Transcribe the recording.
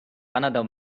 another